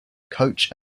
coach